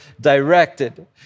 directed